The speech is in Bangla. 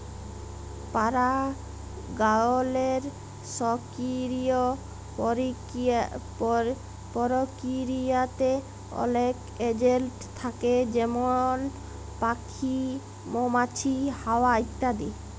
পারাগায়লের সকিরিয় পরকিরিয়াতে অলেক এজেলট থ্যাকে যেমল প্যাখি, মমাছি, হাওয়া ইত্যাদি